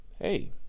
Hey